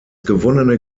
gewonnene